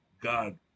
God